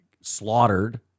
slaughtered